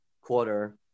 quarter